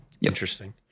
Interesting